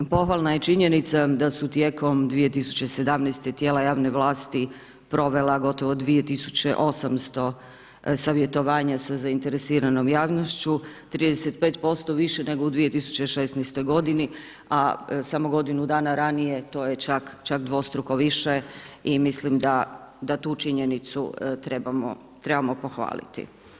Pohvalna je činjenica da su tijekom 2017. tijela javne vlasti provela gotovo 2800 savjetovanja sa zainteresiranom javnošću, 35% više nego u 2016. g. a samo godinu ranije to je čak dvostruko više i mislim da tu činjenicu trebamo pohvaliti.